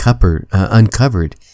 uncovered